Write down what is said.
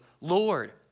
Lord